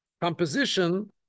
composition